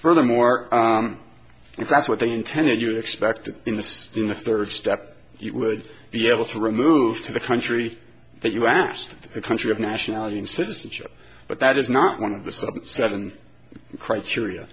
furthermore if that's what they intended you expected in the spin the third step would be able to remove to the country that you asked a country of nationality and citizenship but that is not one of the sub seven criteria